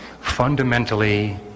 Fundamentally